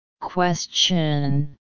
Question